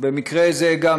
במקרה זה גם